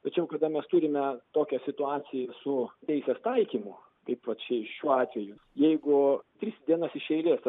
tačiau kada mes turime tokią situaciją su teisės taikymu kaip vat čia šiuo atveju jeigu tris dienas iš eilės